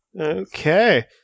Okay